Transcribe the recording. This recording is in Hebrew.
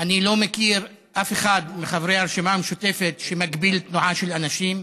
אני לא מכיר אף אחד מחברי הרשימה המשותפת שמגביל תנועה של אנשים.